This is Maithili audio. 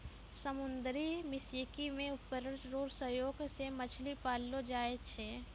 समुन्द्री मत्स्यिकी मे उपकरण रो सहयोग से मछली पाललो जाय छै